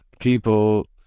people